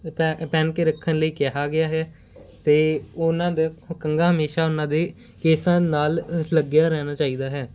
ਪੈ ਪਹਿਨ ਕੇ ਰੱਖਣ ਲਈ ਕਿਹਾ ਗਿਆ ਹੈ ਅਤੇ ਉਹਨਾਂ ਦੇ ਕੰਘਾ ਹਮੇਸ਼ਾਂ ਉਹਨਾਂ ਦੇ ਕੇਸਾਂ ਨਾਲ ਲੱਗਿਆ ਰਹਿਣਾ ਚਾਹੀਦਾ ਹੈ